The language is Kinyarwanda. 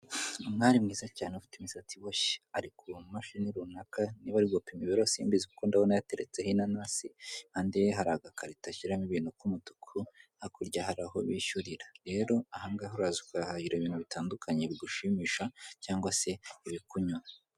Umwari mwiza cyane ufite imisatsi iboshye, ari ku mashini runaka niba ari gupima ibiro simbizi kuko ndabona yateretseho inanasi, impande ye hari agakarita ashyiramo ibintu k'umutuku, hakurya hari aho bishyurira, rero aha ngaha uraza ukahahira ibintu bitandukanye bigushimisha, cyangwa se ibikunyura.